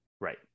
right